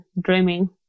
dreaming